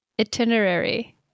itinerary